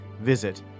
visit